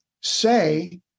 say